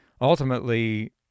ultimately